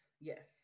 yes